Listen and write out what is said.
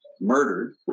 Murdered